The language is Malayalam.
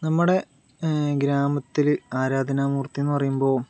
നമ്മുടെ ഗ്രാമത്തിൽ ആരാധനാ മൂർത്തി എന്ന് പറയുമ്പോൾ